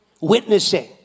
witnessing